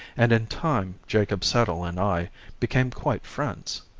and in time jacob settle and i became quite friends.